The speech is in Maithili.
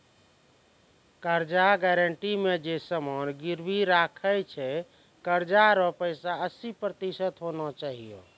कर्जा गारंटी मे जे समान गिरबी राखै छै कर्जा रो पैसा हस्सी प्रतिशत होना चाहियो